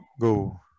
Go